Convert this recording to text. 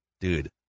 Dude